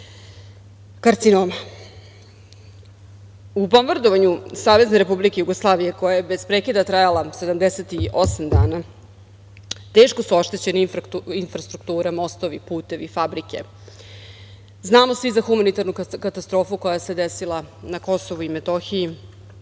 karcinoma.U bombardovanju SRJ koja je bez prekida trajala 78 dana teško su oštećenie infrastrukture, mostovi, putevi, fabrike. Znamo svi za humanitarnu katastrofu koja se desila na Kosovu i Metohiji,